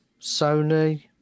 Sony